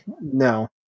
no